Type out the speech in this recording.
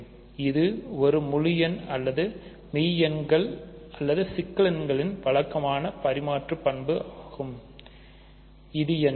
எனவே இது முழு எண் அல்லது மெய்யெண்கள்அல்லது சிக்கல் எண்களின் வழக்கமான பரிமாற்று பண்பு ஆகும் இது என்ன